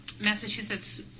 Massachusetts